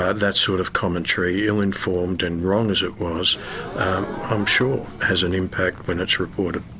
ah that sort of commentary ill-informed and wrong as it was i'm sure has an impact when it's reported.